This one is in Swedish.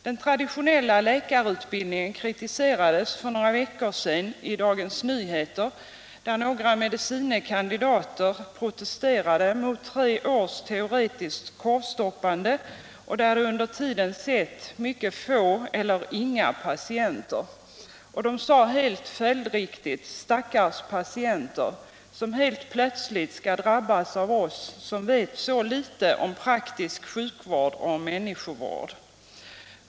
Den traditionella läkarutbildningen kritiserades för några veckor sedan i Dagens Nyheter, där några medicine kandidater protesterade mot tre års teoretiskt korvstoppande och mot att de under tiden sett mycket få eller inga patienter. De sade helt följdriktigt: Stackars patienter, som helt plötsligt skall drabbas av oss som vet så litet om praktisk sjukvård och om människovård.